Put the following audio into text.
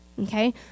okay